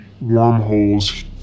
wormholes